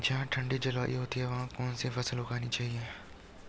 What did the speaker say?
जहाँ ठंडी जलवायु होती है वहाँ कौन सी फसल उगानी चाहिये?